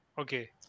Okay